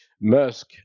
Musk